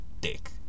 dick